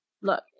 look